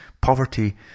Poverty